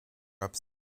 ups